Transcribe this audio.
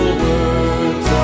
words